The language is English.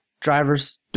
driver's